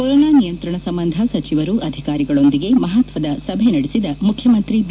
corona ನಿಯಂತ್ರಣ ಸಂಬಂಧ ಸಚಿವರು ಅಧಿಕಾರಿಗಳೊಂದಿಗೆ ಮಹತ್ವದ ಸಭೆ ನಡೆಸಿದ ಮುಖ್ಯಮಂತ್ರಿ ಬಿ